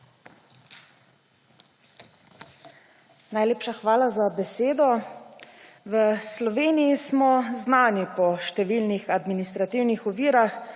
Najlepša hvala za besedo. V Sloveniji smo znani po številnih administrativnih ovira,